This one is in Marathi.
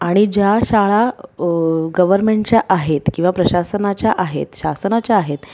आणि ज्या शाळा गव्हर्मेंटच्या आहेत किंवा प्रशासनाच्या आहेत शासनाच्या आहेत